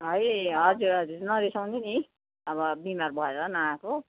है हजुर हजुर नरिसाउनु नि अब बिमार भएर नआएको